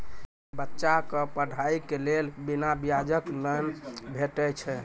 बच्चाक पढ़ाईक लेल बिना ब्याजक लोन भेटै छै?